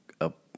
up